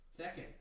Second